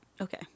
Okay